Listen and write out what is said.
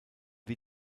die